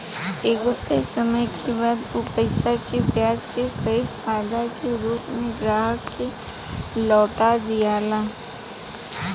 एगो तय समय के बाद उ पईसा के ब्याज के सहित फायदा के रूप में ग्राहक के लौटा दियाला